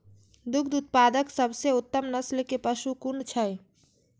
दुग्ध उत्पादक सबसे उत्तम नस्ल के पशु कुन छै?